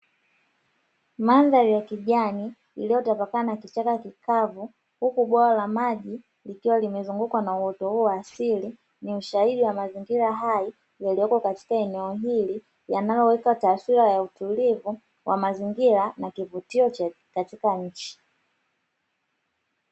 Madhari ya kijani iliyo tapakaa na kichaka kikavu, huku bwawa la maji likiwa limezungukwa na uoto huo asili, ni ushahidi wa mazingira hai yaliyoko katika eneo hili, yanayoweka taswira ya utulivu wa mazingira na kivutio katika nchi.